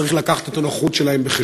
משבש את הפעילות שלהם,